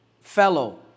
fellow